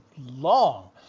long